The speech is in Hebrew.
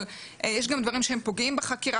אבל יש גם דברים שהם פוגעים בחקירה,